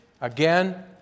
Again